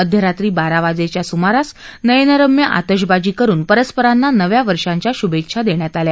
मध्यरात्री बारा वाजेच्या सुमारास नयनरम्य आतिषबाजी करून परस्परांना नव्या वर्षाच्या शुभेच्छा देण्यात आल्या